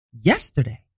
yesterday